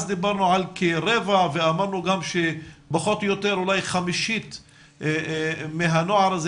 אז דיברנו על כרבע ואמרנו גם שפחות או יותר אולי חמישית מהנוער הזה